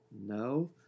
no